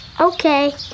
Okay